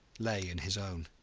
lay in his own.